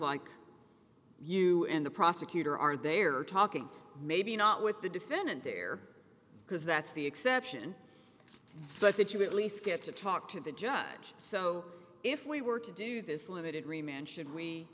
like you and the prosecutor are they are talking maybe not with the defendant there because that's the exception but that you bit lease get to talk to the judge so if we were to do this limited re man should we